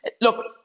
Look